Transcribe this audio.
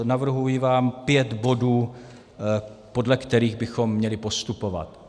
Navrhuji pět bodů, podle kterých bychom měli postupovat.